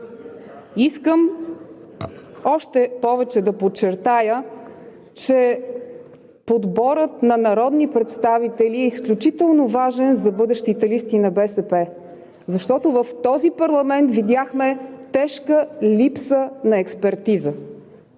Искам още повече да подчертая, че подборът на народни представители е изключително важен за бъдещите листи на БСП, защото в този парламент видяхме тежка липса на експертиза.